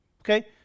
Okay